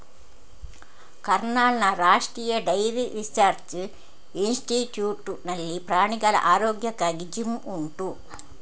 ಕರ್ನಾಲ್ನ ರಾಷ್ಟ್ರೀಯ dairy research institute ನಲ್ಲಿ ಪ್ರಾಣಿಗಳ ಆರೋಗ್ಯಕ್ಕಾಗಿ ಜಿಮ್ ಉಂಟು